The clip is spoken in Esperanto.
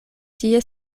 tie